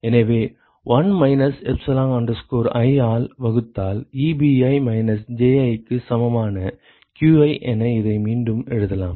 எனவே 1 minus epsilon i ஆல் வகுத்தால் Ebi மைனஸ் Ji க்கு சமமான qi என இதை மீண்டும் எழுதலாம்